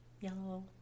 yellow